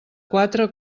quatre